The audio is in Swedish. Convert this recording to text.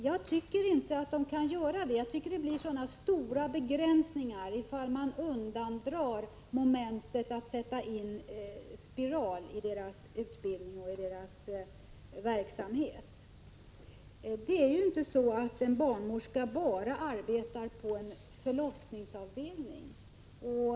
Jag tycker inte att de kan göra det, eftersom det blir så starka begränsningar ifall man ur deras utbildning och deras verksamhet drar undan momentet att sätta in spiral. En barnmorska arbetar inte bara på en förlossningsavdelning.